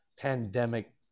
Pandemic